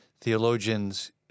theologians